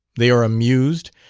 they are amused,